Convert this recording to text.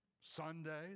Sunday